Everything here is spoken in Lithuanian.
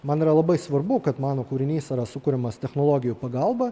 man yra labai svarbu kad mano kūrinys yra sukuriamas technologijų pagalba